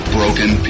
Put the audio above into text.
broken